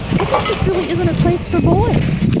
i guess this really isn't a place for boys.